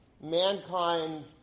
mankind